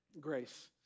Grace